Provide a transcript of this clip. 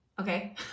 okay